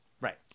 Right